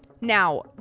Now